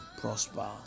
prosper